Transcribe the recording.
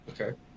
Okay